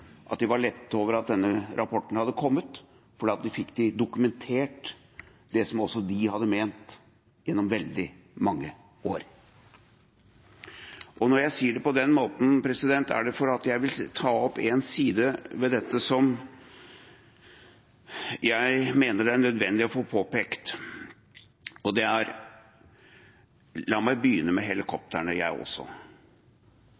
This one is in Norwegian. fikk de dokumentert det som også de hadde ment gjennom veldig mange år. Når jeg sier det på den måten, er det fordi jeg vil ta opp en side ved dette som jeg mener det er nødvendig å påpeke. La meg begynne med helikoptrene jeg også: Nå sier statsråden at det er